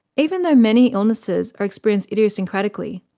even though many illnesses are experienced idiosyncratically,